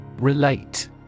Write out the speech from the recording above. Relate